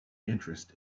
interest